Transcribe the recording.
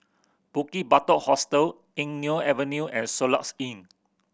Bukit Batok Hostel Eng Neo Avenue and Soluxe Inn